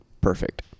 perfect